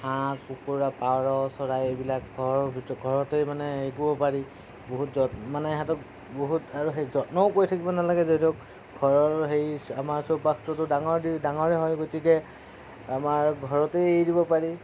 হাঁহ কুকুৰা পাৰ চৰাই এইবিলাক ঘৰৰ ভিতৰ ঘৰতেই মানে হেৰি কৰিব পাৰি বহুত যত মানে সিহঁতক বহুত আৰুলহেৰি যত্নও কৰি থাকিব নালাগে ধৰি লওঁক ঘৰৰ হেৰি আমাৰ চৌপাশটোতো ডাঙৰ দি ডাঙৰে হয় গতিকে আমাৰ ঘৰতেই এৰি দিব পাৰি